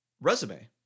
resume